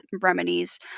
remedies